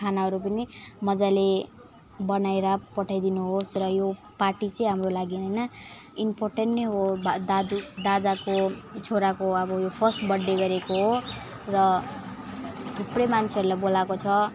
खानाहरू पनि मजाले बनाएर पठाइदिनु होस् र यो पार्टी चाहिँ हाम्रो लागि होइन इम्पोर्टेन नै हो दादु दादाको छोराको अब यो फर्स्ट बर्थडे गरेको हो र थुप्रै मान्छेहरूलाई बोलाएको छ